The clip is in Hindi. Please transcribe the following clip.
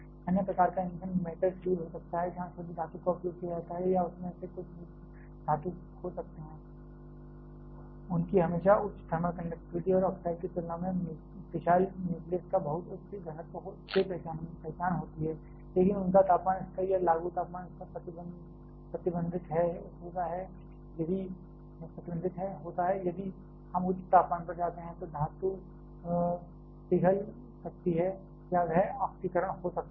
अन्य प्रकार का ईंधन मेटल फ्यूल हो सकता है जहां शुद्ध धातु का उपयोग किया जाता है या उसमें से कुछ मिश्र धातु हो सकती है उनकी हमेशा उच्च थर्मल कंडक्टिविटी और ऑक्साइड की तुलना में फिशाइल न्यूक्लियस का बहुत उच्च घनत्व से पहचान होती है लेकिन उनका तापमान स्तर या लागू तापमान स्तर प्रतिबंधित है होता है यदि हम उच्च तापमान पर जाते हैं तो धातु पिघल सकती है या यह ऑक्सीकरण हो सकती है